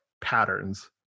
patterns